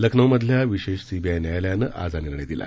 लखनौमधल्या विशेष सीबीआय न्यायालयानं आज हा निर्णय दिला